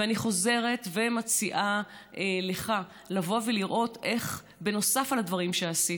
ואני חוזרת ומציעה לך לבוא ולראות איך נוסף על הדברים שעשית,